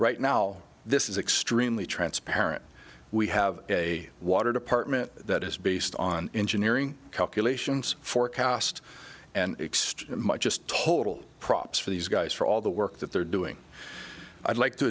right now this is extremely transparent we have a water department that is based on engineering calculations for cost and extra much just total props for these guys for all the work that they're doing i'd like to